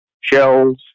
shells